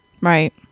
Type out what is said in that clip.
Right